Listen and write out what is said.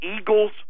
eagles